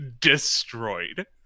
destroyed